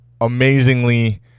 amazingly